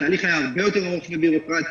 התהליך היה הרבה יותר ארוך וביורוקרטי.